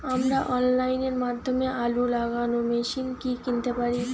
আমরা অনলাইনের মাধ্যমে আলু লাগানো মেশিন কি কিনতে পারি?